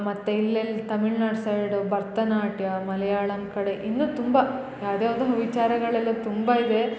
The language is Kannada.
ಮತ್ತು ಇಲ್ಲೆಲ್ಲ ತಮಿಳ್ನಾಡ್ ಸೈಡ್ ಭರ್ತನಾಟ್ಯ ಮಲೆಯಾಳಮ್ ಕಡೆ ಇನ್ನು ತುಂಬ ಯಾವ್ದು ಯಾವುದೋ ವಿಚಾರಗಳೆಲ್ಲ ತುಂಬ ಇದೆ